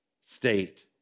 state